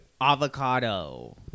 avocado